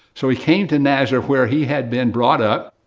so he came to nazareth, where he had been brought up.